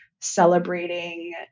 celebrating